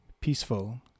peaceful